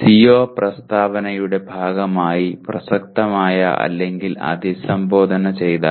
CO പ്രസ്താവനയുടെ ഭാഗമായി പ്രസക്തമായ അല്ലെങ്കിൽ അഭിസംബോധന ചെയ്ത